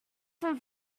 from